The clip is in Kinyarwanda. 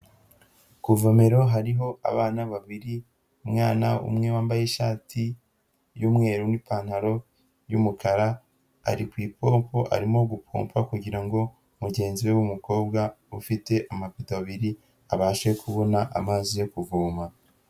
Ku vomero hariho abana babiri, umwana umwe wambaye ishati y'umweru n'ipantaro y'umukara, ari ku ipompo arimo gupompa kugira ngo mugenzi we w'umukobwa ufite amabido abiri abashe kubona amazi yo kuvoma.